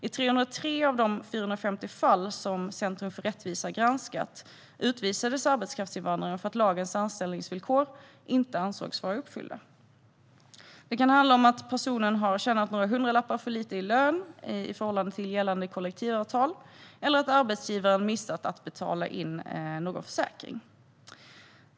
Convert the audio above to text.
I 303 av de 450 fall som Centrum för rättvisa har granskat utvisades arbetskraftsinvandraren för att lagens anställningsvillkor inte ansågs vara uppfyllda. Det kan handla om att personen har tjänat några hundralappar för lite i lön i förhållande till gällande kollektivavtal, eller att arbetsgivaren har missat att betala in en försäkring.